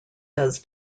does